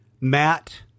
Matt